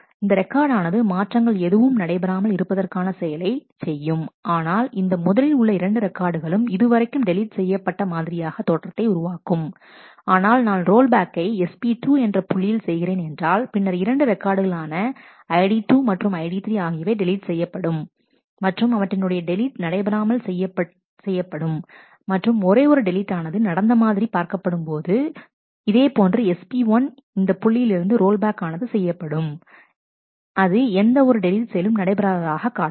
இந்த ரெக்கார்டு ஆனது மாற்றங்கள் எதுவும் நடைபெறாமல் இருப்பதற்கான செயலை செய்யும் ஆனால் இந்த முதலில் உள்ள இரண்டு ரெக்கார்டுகளும் இதுவரைக்கும் டெலீட் செய்யப்பட்ட மாதிரியாக தோற்றத்தை உருவாக்கும் ஆனால் நான் ரோல் பேக்கை SP2 என்ற புள்ளியில் செய்கிறேன் என்றாள் பின்னர் இரண்டு ரெக்கார்டுகள் ஆன ID2 மற்றும் ID3 ஆகியவை டெலீட் செய்யப்படும் மற்றும் அவற்றினுடைய டெலீட் நடைபெறாமல் செய்யப்படும் மற்றும் ஒரே ஒரு டெலீட் ஆனது நடந்த மாதிரி பார்க்கப்படும்இதேபோன்றுSP1 இந்த புள்ளியிலிருந்து ரோல்பேக் ஆனது செய்யப்படும் அது எந்த ஒரு டெலீட் செயலும் நடைபெறாததாக காட்டும்